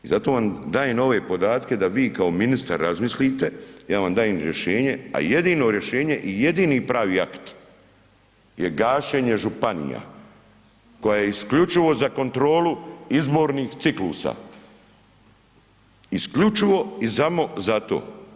Zato vam dajem ove podatke da vi kao ministar razmislite, ja vam dajem rješenje, a jedino rješenje i jedini pravi akt je gašenje županija koja je isključivo za kontrolu izbornih ciklusa, isključivo i samo za to.